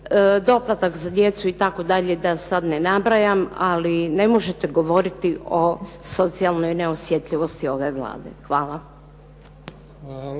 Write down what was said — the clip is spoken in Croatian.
doplatak za djecu itd., da sada ne nabrajam, ali ne možete govoriti o socijalnoj neosjetljivosti ove Vlade. Hvala.